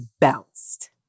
bounced